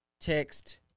Text